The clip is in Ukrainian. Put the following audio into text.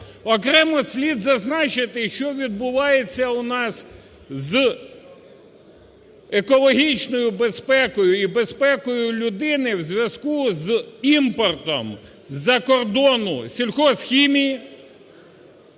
Окремо слід зазначити, що відбувається у нас з екологічною безпекою і безпекою людини в зв'язку з імпортом з-за кордону сільхозхімії.